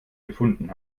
gefunden